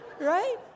Right